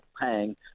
paying